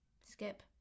skip